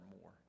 more